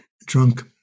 drunk